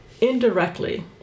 indirectly